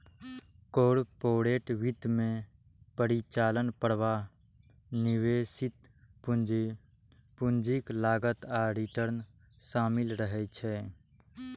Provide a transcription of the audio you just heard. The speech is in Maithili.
कॉरपोरेट वित्त मे परिचालन प्रवाह, निवेशित पूंजी, पूंजीक लागत आ रिटर्न शामिल रहै छै